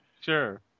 Sure